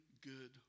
good